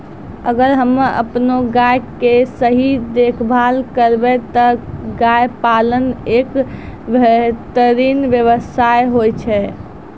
अगर हमॅ आपनो गाय के सही देखभाल करबै त गाय पालन एक बेहतरीन व्यवसाय होय छै